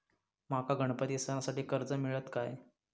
माका गणपती सणासाठी कर्ज मिळत काय?